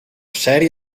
serie